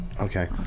Okay